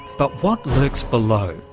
but what lurks below?